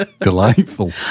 Delightful